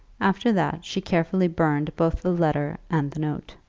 after that she carefully burned both the letter and the note.